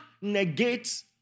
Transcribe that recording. negate